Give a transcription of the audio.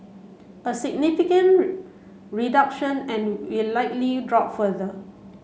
a significant reduction and will likely drop further